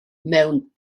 mewn